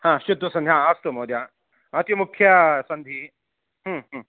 अस्तु महोदय अति मुख्य सन्धिः